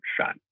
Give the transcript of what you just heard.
shot